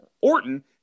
Orton